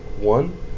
one